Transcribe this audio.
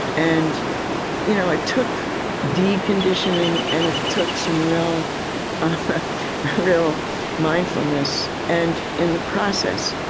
and you know it took deconditioning, and it took some real ah ah real mindfulness. and in the process,